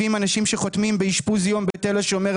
אנחנו 170 אנשים הלומי קרב שחותמים באשפוז יום בתל השומר,